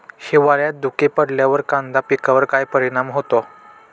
हिवाळ्यात धुके पडल्यावर कांदा पिकावर काय परिणाम होतो?